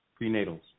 prenatals